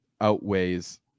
outweighs